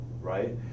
right